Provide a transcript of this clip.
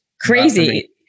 Crazy